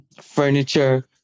furniture